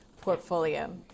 portfolio